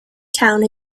town